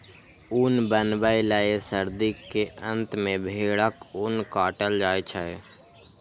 ऊन बनबै लए सर्दी के अंत मे भेड़क ऊन काटल जाइ छै